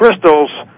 crystals